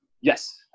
Yes